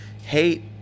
hate